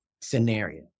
scenario